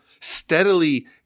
steadily